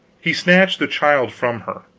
he snatched the child from her,